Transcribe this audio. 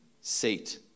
seat